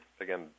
again